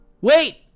Wait